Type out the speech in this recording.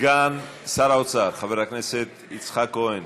סגן שר האוצר חבר הכנסת יצחק כהן